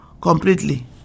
completely